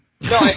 No